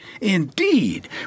Indeed